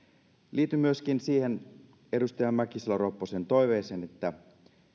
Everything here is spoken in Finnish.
liityn myöskin siihen edustaja mäkisalo ropposen toiveeseen että